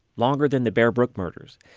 longer than the bear brook murders.